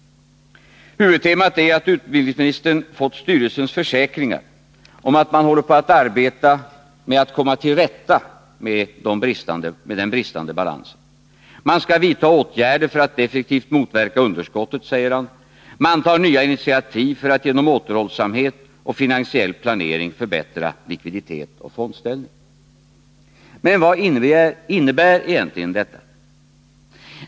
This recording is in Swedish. Huvudtemat är att utbildningsministern har fått styrelsens försäkringar om att man håller på att arbeta med att komma till rätta med den bristande balansen. Man skall vidta åtgärder för att effektivt motverka underskottet, säger han. Man tar nya initiativ för att genom återhållsamhet och finansiell planering förbättra likviditet och fondställning. Vad innebär egentligen detta?